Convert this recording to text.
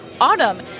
autumn